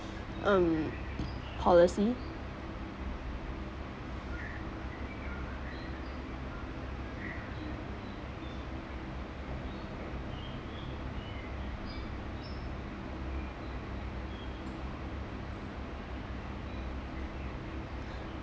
um policy